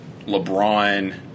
LeBron